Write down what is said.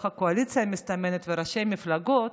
הקואליציה המסתמנת וראשי המפלגות,